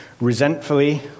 resentfully